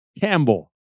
Campbell